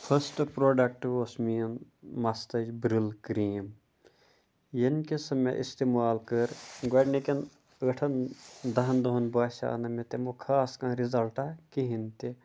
first product اوس میون مَستٕچ بِرٛل کرٛیٖم ییٚمہِ کہِ سُہ مےٚ اِستعمال کٔر گۄڈنِکٮ۪ن ٲٹھن دَہَن دۄہَن باسیٛو نہٕ مےٚ تِمو خاص کانٛہہ رِزَلٹا کِہیٖنۍ تہِ